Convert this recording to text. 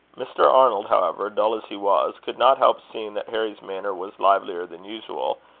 mr. arnold, however, dull as he was, could not help seeing that harry's manner was livelier than usual,